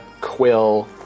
Quill